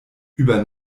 über